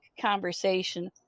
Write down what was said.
conversation